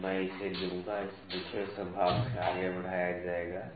तो मैं इसे लूंगा इसे दूसरे संभाग से आगे बढ़ाया जाएगा